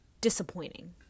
disappointing